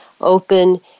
open